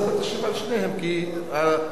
כי הנושאים הם דומים,